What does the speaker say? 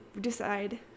decide